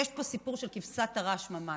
יש פה סיפור של כבשת הרש ממש.